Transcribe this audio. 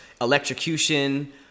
Electrocution